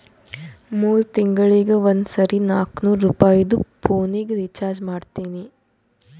ಮೂರ್ ತಿಂಗಳಿಗ ಒಂದ್ ಸರಿ ನಾಕ್ನೂರ್ ರುಪಾಯಿದು ಪೋನಿಗ ರೀಚಾರ್ಜ್ ಮಾಡ್ತೀನಿ